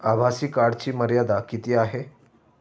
आभासी कार्डची मर्यादा किती आहे?